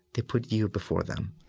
they put you before them